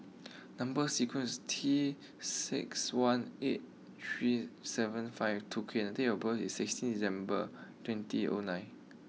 number sequence T six one eight three seven five two K and date of birth is sixteen December twenty O nine